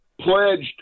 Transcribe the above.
pledged